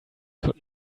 could